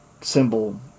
symbol